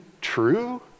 true